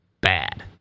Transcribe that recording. bad